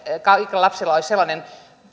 kaikilla lapsilla olisi sellainen